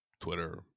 Twitter